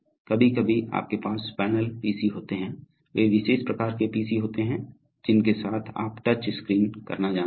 कभी कभी आपके पास पैनल पीसी होते हैं वे विशेष प्रकार के पीसी होते हैं जिनके साथ आप टच स्क्रीन करना जानते है